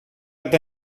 had